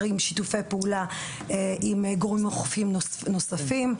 עם שיתופי פעולה עם גורמים אוכפים נוספים,